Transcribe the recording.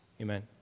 Amen